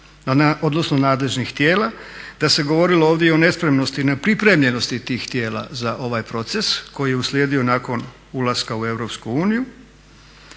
odnosno nadležnih tijela, da se govorilo ovdje i o nespremnosti i nepripremljenosti tih tijela za ovaj proces koji je uslijedio nakon ulaska u EU